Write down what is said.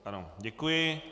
Ano, děkuji.